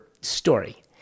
story